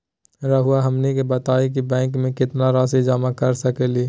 रहुआ हमनी के बताएं कि बैंक में कितना रासि जमा कर सके ली?